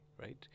right